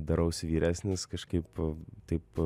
darausi vyresnis kažkaip taip